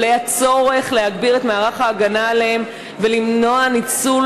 עולה הצורך להגביר את מערך ההגנה עליהם ולמנוע ניצול